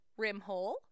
Rimhole